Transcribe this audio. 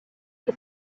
qui